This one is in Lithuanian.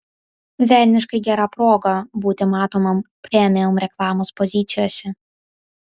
velniškai gera proga būti matomam premium reklamos pozicijose